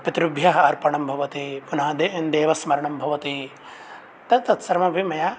पितृभ्यः अर्पणं भवति पुनः देवस्मरणं भवति त तत् सर्वमपि मया